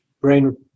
brain